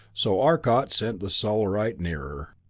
so arcot sent the solarite nearer.